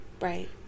Right